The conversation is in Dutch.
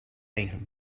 een